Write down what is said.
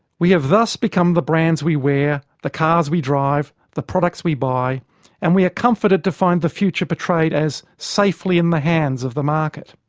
we have thus become the brands we wear, the cars we drive, the products we buy and we are comforted to find the future portrayed as safely in the hands of the market.